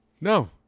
No